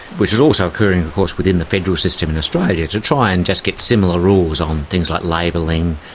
which was also occurring of course within the federal system in australia, to try and just get similar rules on things like labelling,